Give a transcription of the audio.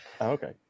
okay